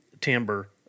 timber